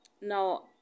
Now